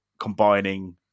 combining